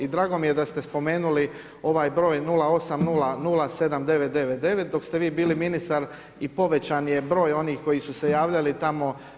I drago mi je da ste spomenuli ovaj broj 08007999 dok ste vi bili ministar i povećan je broj onih koji su se javljali tamo.